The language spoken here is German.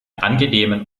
angenehmen